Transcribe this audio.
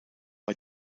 bei